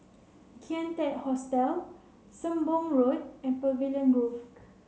Kian Teck Hostel Sembong Road and Pavilion Grove